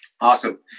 Awesome